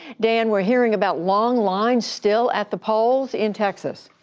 dan, we're hearing about long lines still at the polls in texas.